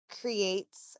creates